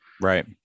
right